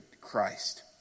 Christ